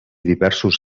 diversos